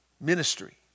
ministry